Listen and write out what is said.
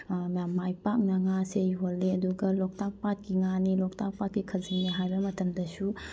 ꯃꯌꯥꯝ ꯃꯥꯏ ꯄꯥꯛꯅ ꯉꯥꯁꯦ ꯌꯣꯜꯂꯦ ꯑꯗꯨꯒ ꯂꯣꯛꯇꯥꯛ ꯄꯥꯠꯀꯤ ꯉꯥꯅꯤ ꯂꯣꯛꯇꯥꯛ ꯄꯥꯠꯇꯒꯤ ꯈꯥꯖꯤꯡꯅꯦ ꯍꯥꯏꯕ ꯃꯇꯝꯗꯁꯨ